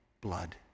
blood